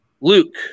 Luke